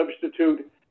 substitute